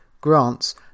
grants